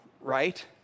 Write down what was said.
right